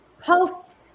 pulse